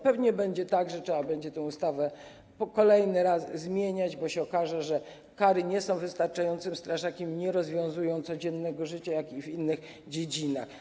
Pewnie będzie tak, że trzeba będzie tę ustawę kolejny raz zmieniać, bo okaże się, że kary nie są wystarczającym straszakiem i nie rozwiązują problemów codziennego życia, jak i w innych dziedzinach.